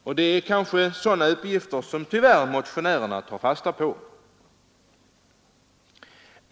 Tyvärr är det kanske sådana uppgifter som motionärerna har tagit fasta på.